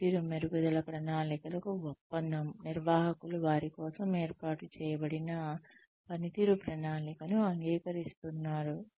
పనితీరు మెరుగుదల ప్రణాళికలకు ఒప్పందం నిర్వాహకులు వారి కోసం ఏర్పాటు చేయబడిన పనితీరు ప్రణాళికను అంగీకరిస్తున్నారు